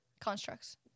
constructs